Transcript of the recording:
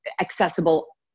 accessible